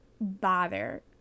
bother